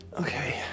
okay